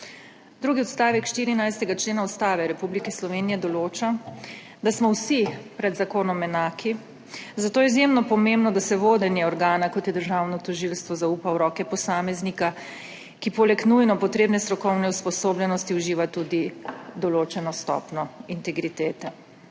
Drugi odstavek 14. člena Ustave Republike Slovenije določa, da smo vsi pred zakonom enaki, zato je izjemno pomembno, da se vodenje organa, kot je državno tožilstvo, zaupa v roke posameznika, ki poleg nujno potrebne strokovne usposobljenosti uživa tudi določeno stopnjo integritete.